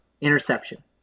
Interception